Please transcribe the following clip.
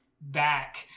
back